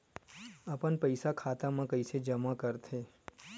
अपन पईसा खाता मा कइसे जमा कर थे?